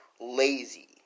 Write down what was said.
lazy